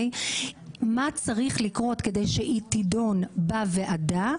מה צריך לקרות כדי שהיא תידון בוועדה,